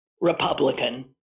Republican